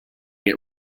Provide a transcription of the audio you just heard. get